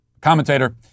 commentator